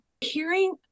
Hearing